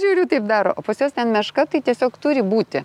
žiūriu taip daro o pas juos ten meška tai tiesiog turi būti